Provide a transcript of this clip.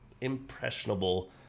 impressionable